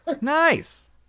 Nice